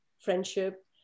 friendship